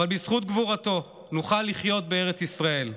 אבל בזכות גבורתו נוכל לחיות בארץ ישראל,